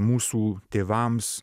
mūsų tėvams